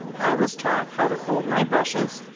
i was taught how to hold my brushes,